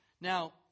now